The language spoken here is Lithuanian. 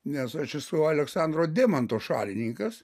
nes aš esu aleksandro demanto šalininkas